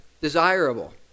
desirable